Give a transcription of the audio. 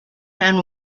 and